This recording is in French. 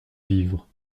vivre